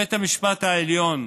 בית המשפט העליון,